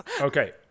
Okay